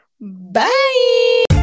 bye